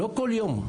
לא כל יום,